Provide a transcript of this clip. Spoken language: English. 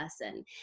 person